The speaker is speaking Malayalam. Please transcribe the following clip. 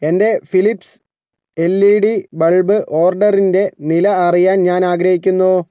എന്റെ Philips L E D bulb ഓർഡറിൻ്റെ നില അറിയാൻ ഞാനാഗ്രഹിക്കുന്നു